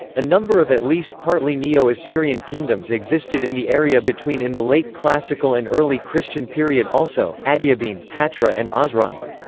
a number of at least partly neo-assyrian kingdoms existed in the area between in the late classical and early christian period also adiabene, hatra and osroene.